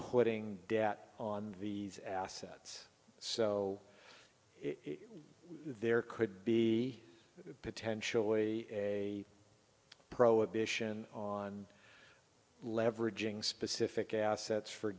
putting debt on these assets so there could be potentially a prohibition on leveraging specific assets for